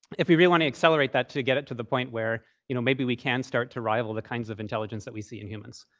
if we we want to accelerate that to get it to the point where you know maybe we can start to rival the kinds of intelligence that we see in humans.